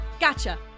Gotcha